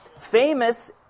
Famous